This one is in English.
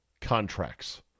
contracts